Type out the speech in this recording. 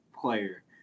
player